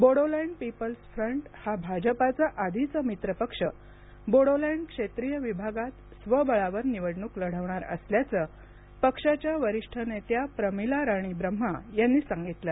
Bodoland People's Front हा भाजपाचा आधीचा मित्रपक्ष बोडोलँड क्षेत्रीय विभागात स्वबळावर निवडणूक लढवणार असल्याचं पक्षाच्या वरीष्ठ नेत्या प्रमिला राणी ब्रम्हा यांनी सांगितलं